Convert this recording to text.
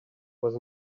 was